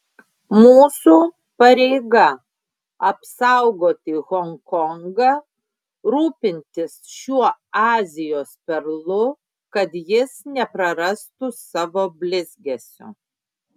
mūsų pareiga apsaugoti honkongą rūpintis šiuo azijos perlu kad jis neprarastų savo blizgesio